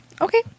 Okay